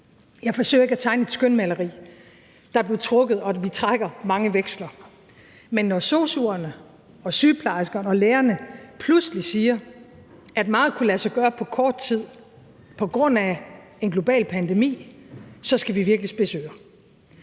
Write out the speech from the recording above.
Jeg forsøger ikke at tegne et skønmaleri. Der blev trukket og vi trækker mange veksler, men når sosu'erne, sygeplejerskerne og lægerne pludselig siger, at meget kunne lade sig gøre på kort tid på grund af en global pandemi, så skal vi virkelig spidse